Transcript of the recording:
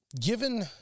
Given